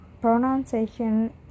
pronunciation